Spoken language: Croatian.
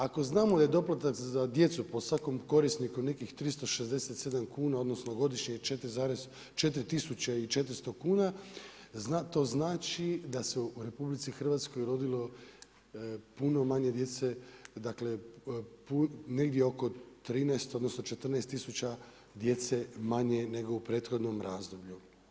Ako znamo da je doplatak za djecu po svakom korisniku nekih 367 kuna odnosno godišnje 4 tisuće i 400 kuna to znači da se u RH rodilo puno manje djece negdje oko 13 odnosno 14 tisuća djece manje nego u prethodnom razdoblju.